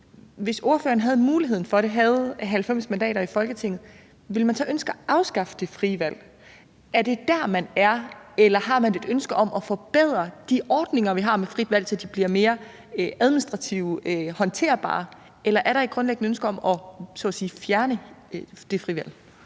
Hvis ordføreren havde muligheden for det og havde 90 mandater i Folketinget, ville man så ønske at afskaffe det frie valg? Er det der, man er, eller har man et ønske om at forbedre de ordninger, vi har med det frie valg, så de bliver mere administrativt håndterbare? Eller er der et grundlæggende ønske om så at sige at fjerne det frie valg?